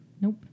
Nope